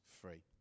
free